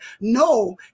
no